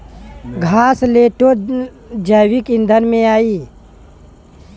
घासलेटो जैविक ईंधन में आई